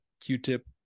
q-tip